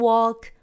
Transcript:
Walk